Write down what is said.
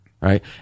right